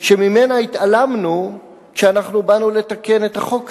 שממנה התעלמנו כשאנחנו באנו לתקן את החוק הזה.